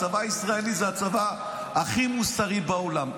הצבא הישראלי זה הצבא הכי מוסרי בעולם.